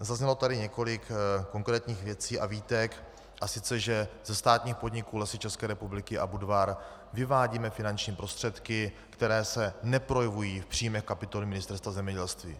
Zaznělo tady několik konkrétních věcí a výtek, a sice že ze státních podniků Lesy České republiky a Budvar vyvádíme finanční prostředky, které se neprojevují v příjmech kapitoly Ministerstva zemědělství.